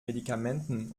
medikamenten